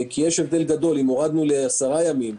יש הבדל גדול אם הורדנו ל-10 ימים,